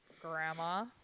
Grandma